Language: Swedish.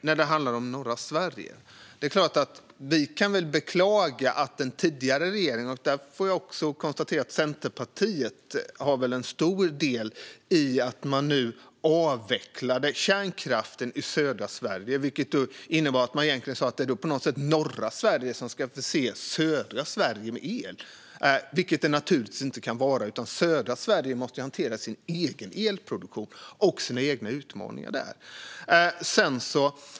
När det handlar om norra Sverige är det klart att vi kan beklaga att den tidigare regeringen - och jag får konstatera att Centerpartiet väl har en stor del i detta - avvecklade kärnkraften i södra Sverige, vilket egentligen innebar att man sa att norra Sverige ska förse södra Sverige med el. Så kan det naturligtvis inte vara, utan södra Sverige måste hantera sin egen elproduktion och sina egna utmaningar där.